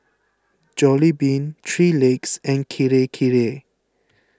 Jollibean three Legs and Kirei Kirei